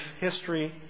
history